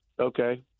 okay